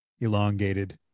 elongated